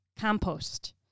compost